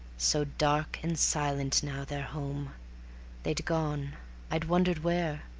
so dark and silent now, their home they'd gone i wondered where,